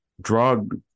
drug